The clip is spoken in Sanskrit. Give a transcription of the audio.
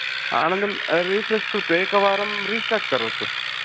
अनन्तरं रीफ्रेश् कृत्वा एकवारं रिस्टार्ट् करोतु